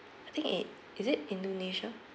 I think it is it indonesia